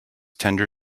tender